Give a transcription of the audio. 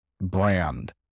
brand